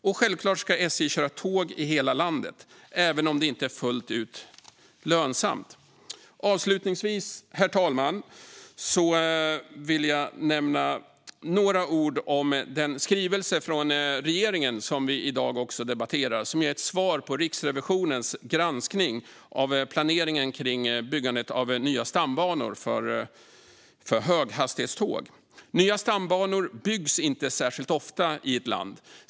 Och självklart ska SJ köra tåg i hela landet, även om det inte är fullt ut lönsamt. Herr talman! Avslutningsvis vill jag säga några ord om den skrivelse från regeringen som vi i dag också debatterar och som är ett svar på Riksrevisionens granskning av planeringen av byggandet av nya stambanor för höghastighetståg. Nya stambanor byggs inte särskilt ofta i ett land.